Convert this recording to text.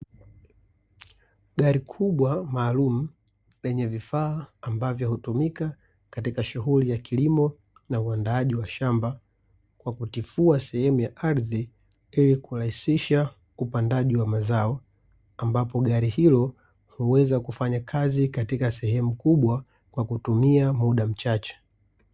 Gari kubwa maalumu lenye vifaa ambavyo hutumika katika shughuli ya kilimo na uandaaji wa shamba kwa kutifua sehemu ya ardhi ili kurahisisha upandaji wa mazao, ambapo gari hilo huweza kufanya kazi katika sehemu kubwa kwa kutumia muda mchache.